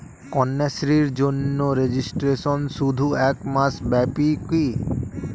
কন্যাশ্রীর জন্য রেজিস্ট্রেশন শুধু এক মাস ব্যাপীই কি?